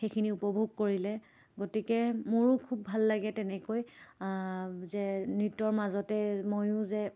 সেইখিনি উপভোগ কৰিলে গতিকে মোৰো খুব ভাল লাগে তেনেকৈ যে নৃত্যৰ মাজতে ময়ো যে